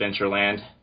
Adventureland